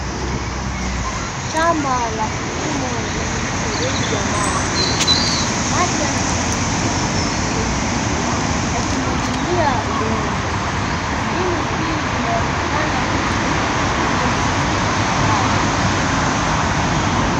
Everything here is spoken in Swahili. Shamba la kilimo lenye mifereji ya maji. Maji yanatiririka kwenye mifereji hiyo, yakimwagilia udongo. Mbinu hii inaonekana kutumika kwa kilimo cha kisasa.